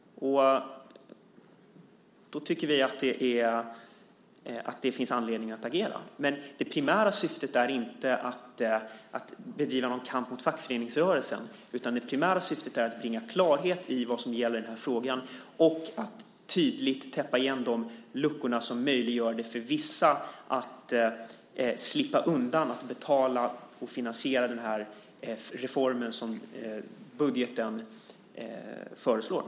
Då tycker vi att det finns anledning att agera. Det primära syftet är inte att bedriva någon kamp mot fackföreningsrörelsen, utan det primära syftet är att bringa klarhet i vad som gäller i den här frågan och att tydligt täppa igen de luckor som gör det möjligt för vissa att slippa undan att betala och vara med och finansiera den reform som föreslås i budgeten.